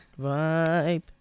Vibe